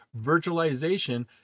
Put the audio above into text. Virtualization